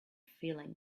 feeling